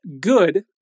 good